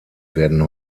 werden